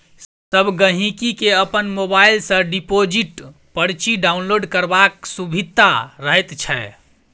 सब गहिंकी केँ अपन मोबाइल सँ डिपोजिट परची डाउनलोड करबाक सुभिता रहैत छै